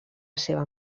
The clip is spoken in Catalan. seva